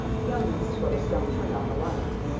young mrs. weatherstone turned on the light.